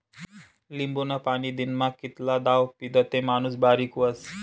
लिंबूनं पाणी दिनमा कितला दाव पीदं ते माणूस बारीक व्हस?